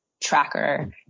tracker